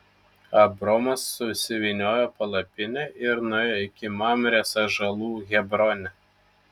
abromas susivyniojo palapinę ir nuėjo iki mamrės ąžuolų hebrone